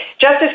Justice